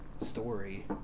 story